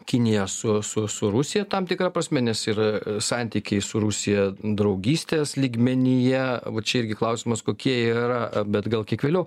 kiniją su su su rusija tam tikra prasme nes ir santykiai su rusija draugystės lygmenyje va čia irgi klausimas kokie jie yra bet gal kiek vėliau